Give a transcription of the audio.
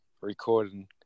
recording